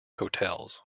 hotels